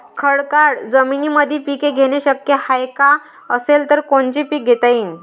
खडकाळ जमीनीमंदी पिके घेणे शक्य हाये का? असेल तर कोनचे पीक घेता येईन?